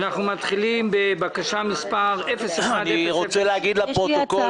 מתחילים בבקשה מס' --- אני רוצה להגיד לפרוטוקול